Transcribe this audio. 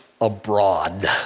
abroad